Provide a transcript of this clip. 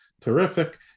terrific